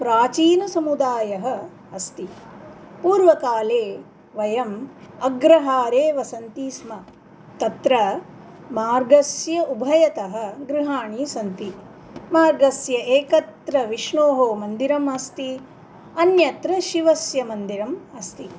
प्राचीनसमुदायः अस्ति पूर्वकाले वयम् अग्रहारे वसन्ति स्म तत्र मार्गस्य उभयतः गृहाणि सन्ति मार्गस्य एकत्र विष्णोः मन्दिरम् अस्ति अन्यत्र शिवस्य मन्दिरम् अस्ति